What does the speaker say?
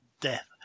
death